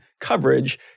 coverage